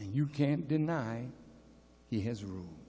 you can't deny he has room